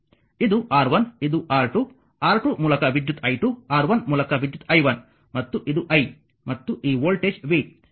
ಇದು R1 ಇದು R2 R2 ಮೂಲಕ ವಿದ್ಯುತ್ i2 R1 ಮೂಲಕ ವಿದ್ಯುತ್ i1 ಮತ್ತು ಇದು i ಮತ್ತು ಈ ವೋಲ್ಟೇಜ್ v